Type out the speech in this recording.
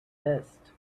best